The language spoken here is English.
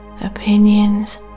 opinions